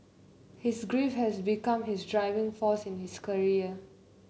his grief has become his driving force in his career